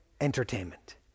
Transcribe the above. entertainment